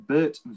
Bert